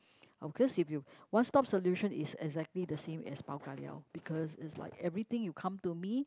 of course if you one stop solution is exactly the same as pau-ka-liao because is like everything you come to me